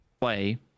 play